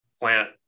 plant